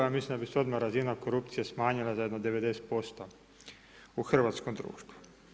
Ja mislim da bi se odmah razina korupcije smanjila za jedno 90% u hrvatskom društvu.